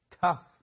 Tough